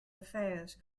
affairs